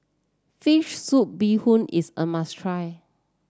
fish soup Bee Hoon is a must try